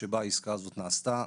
שבה העסקה הזאת נעשתה,